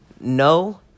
no